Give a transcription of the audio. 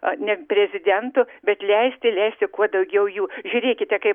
ne prezidentu bet leisti leisti kuo daugiau jų žiūrėkite kaip